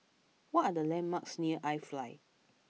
what are the landmarks near iFly